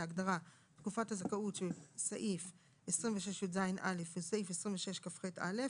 להגדרה "תקופת הזכאות" שבסעיף 26יז(א) ובסעיף 26כח(א)